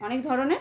অনেক ধরনের